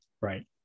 Right